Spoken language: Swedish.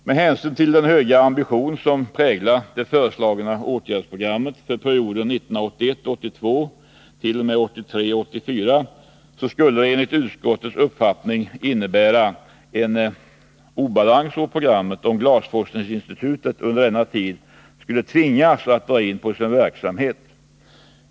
Med hänsyn till den höga ambition som präglar det föreslagna åtgärdsprogrammet för perioden 1981 84 skulle det enligt utskottets uppfattning ge en obalans åt programmet om Glasforskningsinstitutet under denna tid skulle tvingas att dra in på sin verksamhet.